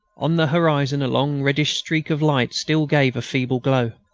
on the horizon a long reddish streak of light still gave a feeble glow.